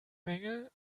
bengel